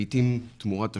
לעתים תמורת תשלום.